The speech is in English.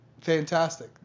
fantastic